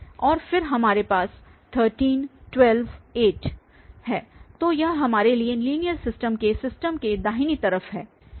और फिर हमारे पास 13 12 8 तो यह हमारे लीनियर सिस्टम के सिस्टम के दाहिने तरफ है